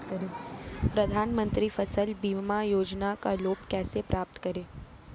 प्रधानमंत्री फसल बीमा योजना का लाभ कैसे प्राप्त करें?